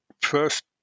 first